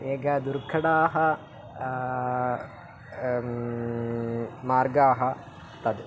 एकः दुर्गतः मार्गः तद्